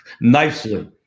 nicely